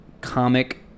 comic